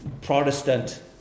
Protestant